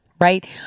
right